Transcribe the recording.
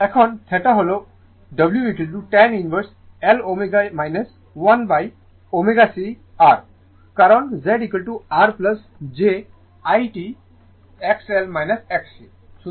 এখন θ হল w tan inverse L ω 1 1ω C R কারণ ZR j it is XL XC